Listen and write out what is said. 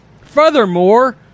furthermore